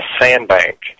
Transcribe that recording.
sandbank